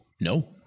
No